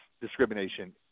discrimination